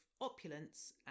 opulence